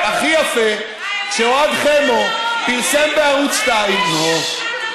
והכי יפה שאוהד חמו פרסם בערוץ 2, אורן, די.